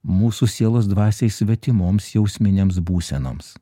mūsų sielos dvasiai svetimoms jausminėms būsenoms